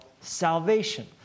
salvation